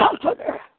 Comforter